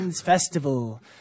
Festival